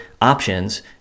options